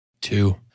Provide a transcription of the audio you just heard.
Two